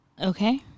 okay